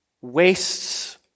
wastes